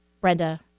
Brenda